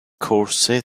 corset